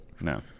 No